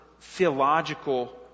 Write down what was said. theological